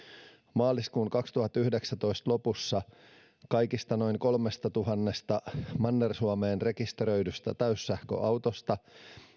maaliskuun kaksituhattayhdeksäntoista lopussa kaikista noin kolmestatuhannesta manner suomeen rekisteröidystä täyssähköautosta